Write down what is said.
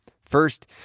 First